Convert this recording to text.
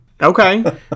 okay